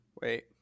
Wait